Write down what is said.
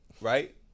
Right